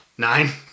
Nine